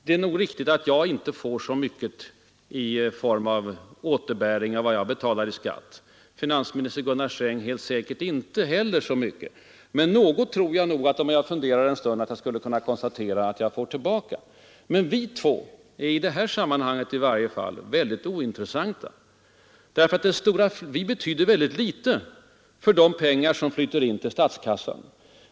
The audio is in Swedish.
Det är nog riktigt att jag inte får så mycket i form av återbäring av vad jag betalar i skatt. Helt säkert inte heller herr finansministern Gunnar Sträng. Något tror jag att jag får tillbaka — om jag tänker efter — men vi två är i varje fall i det här sammanhanget väldigt ointressanta. Vi betyder ytterst litet när det gäller de pengar som flyter in till statskassan.